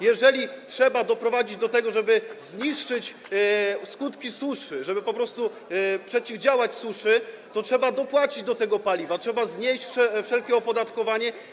Jeżeli trzeba doprowadzić do tego, żeby zlikwidować skutki suszy, żeby po prostu przeciwdziałać suszy, to trzeba dopłacić do tego paliwa, trzeba znieść wszelkie opodatkowanie.